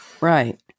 right